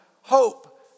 hope